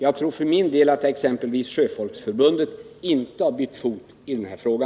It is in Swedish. Jag tror för min del att exempelvis Sjöfolksförbundet inte har bytt fot i denna fråga.